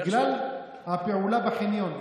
בגלל הפעולה בחניון,